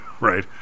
right